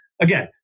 again